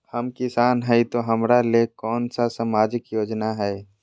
हम किसान हई तो हमरा ले कोन सा सामाजिक योजना है?